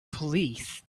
police